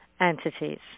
entities